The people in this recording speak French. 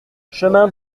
chemin